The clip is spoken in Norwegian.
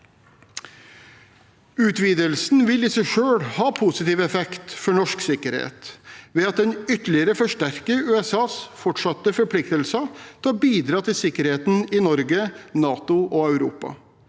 Utvidelsen vil i seg selv ha positiv effekt for norsk sikkerhet ved at den ytterligere forsterker USAs fortsatte forpliktelser til å bidra til sikkerheten i Norge, NATO og Europa.